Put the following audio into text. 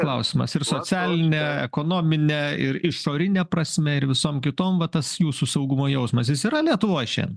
klausimas ir socialine ekonomine ir išorine prasme ir visom kitom va tas jūsų saugumo jausmas jis yra lietuvoj šiandien